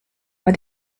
bei